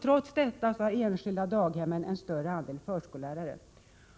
Trots detta har de enskilda daghemmen en större andel förskollärare.